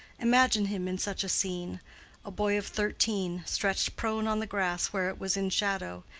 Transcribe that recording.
imagine him in such a scene a boy of thirteen, stretched prone on the grass where it was in shadow,